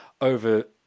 over